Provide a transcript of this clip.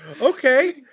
Okay